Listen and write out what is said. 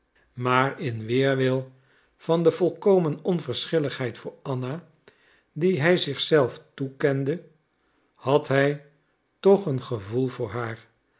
maar in weerwil van de volkomen onverschilligheid voor anna die hij zich zelf toekende had hij toch een gevoel voor haar